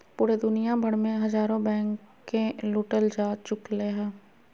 पूरे दुनिया भर मे हजारो बैंके लूटल जा चुकलय हें